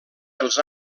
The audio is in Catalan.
els